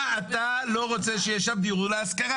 אתה לא רוצה שיהיה שם דיור להשכרה?